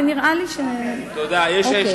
אנחנו מודים לסגנית השר.